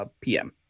PM